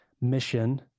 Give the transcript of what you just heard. mission